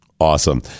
Awesome